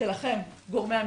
גורמי המקצוע.